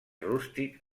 rústic